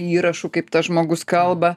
įrašų kaip tas žmogus kalba